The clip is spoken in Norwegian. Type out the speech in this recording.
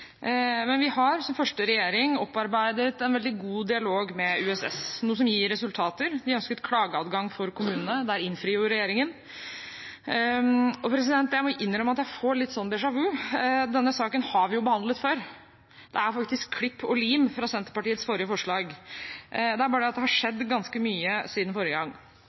men vi har som første regjering opparbeidet en veldig god dialog med USS, Utmarkkommunenes Sammenslutning, noe som gir resultater. De ønsket klageadgang for kommunene – der innfrir regjeringen. Jeg må innrømme at jeg får litt déjà vu, at denne saken har vi behandlet før. Det er faktisk klipp og lim fra Senterpartiets forrige forslag. Det er bare at det har skjedd ganske mye siden forrige gang.